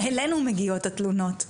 אלינו מגיעות התלונות.